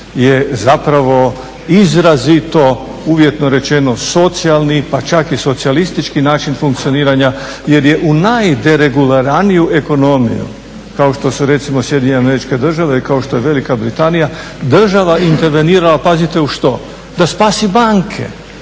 je zapravo izrazito uvjetno rečeno socijalni pa čak i socijalistički način funkcioniranja jer je u najdereguliraniju ekonomiju kao što su recimo SAD, kao što je Velika Britanija država intervenirala pazite u što, da spasi banke,